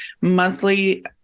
monthly